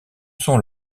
sont